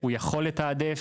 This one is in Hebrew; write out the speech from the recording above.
הוא יכול לתעדף.